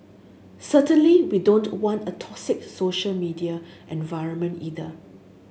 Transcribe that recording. certainly we don't want a toxic social media environment either